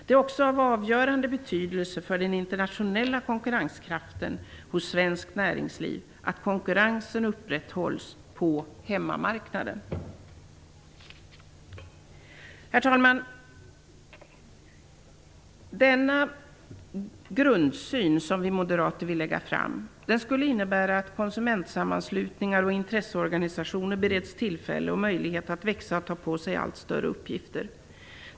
Det är också av avgörande betydelse för den internationella konkurrenskraften hos svenskt näringsliv att konkurrensen upprätthålls på hemmamarknaden. Herr talman! Denna grundsyn som vi moderater vill lägga fram skulle innebära att konsumentsammanslutningar och intresseorganisationer bereds tillfälle och möjlighet att växa och ta på sig allt större uppgifter.